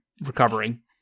recovering